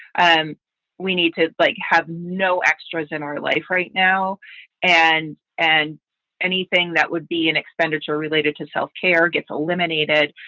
and we need to like have no extras in our life right now and and anything that would be an expenditure related to self care gets eliminated.